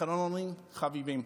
אחרונים חביבים,